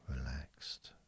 relaxed